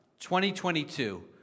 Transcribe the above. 2022